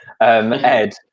ed